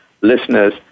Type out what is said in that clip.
listeners